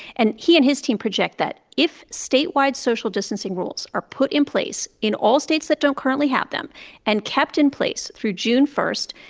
and he and his team project that if statewide social distancing rules are put in place in all states that don't currently have them and kept in place through june one,